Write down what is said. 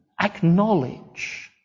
acknowledge